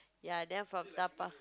ya then from